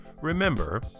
Remember